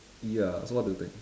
ya so what do you think